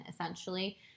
essentially